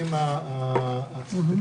הורה הורה,